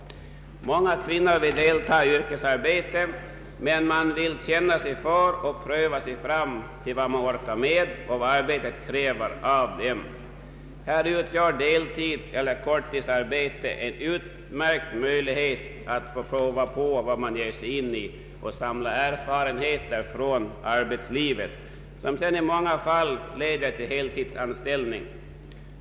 Många kvinnor vill delta i yrkesarbete, men de vill först känna sig för och pröva sig fram för att se vad de orkar med och vad arbetet kräver av dem. Här utgör deltidseller korttidsarbete en utmärkt möjlighet att få pröva på vad man ger sig in i och samla erfarenheter från arbetslivet, som sedan i många fall leder till heltidsanställning.